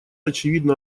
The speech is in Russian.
очевидно